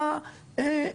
לא,